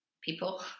people